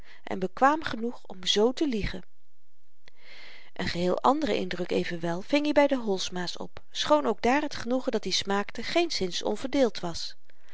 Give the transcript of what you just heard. en bekwaam genoeg om z te liegen een geheel anderen indruk evenwel ving i by de holsma's op schoon ook daar t genoegen dat-i smaakte geenszins onverdeeld was